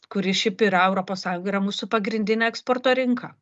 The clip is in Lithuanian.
kuri šiaip yra europos sąjunga yra mūsų pagrindinė eksporto rinka